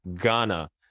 Ghana